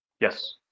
yes